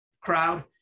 crowd